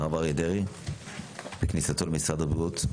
הרב אריה דרעי בכניסתו למשרד הבריאות,